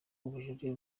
ubujurire